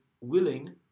willing